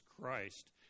Christ